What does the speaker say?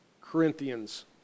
Corinthians